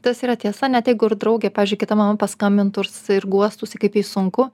tas yra tiesa net jeigu ir draugė pavyzdžiui kita mama paskambintų ir s e guostųsi kaip jai sunku